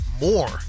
more